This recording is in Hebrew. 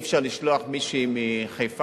אי-אפשר לשלוח מישהי מחיפה,